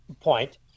point